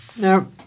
now